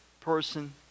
person